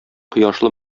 кояшлы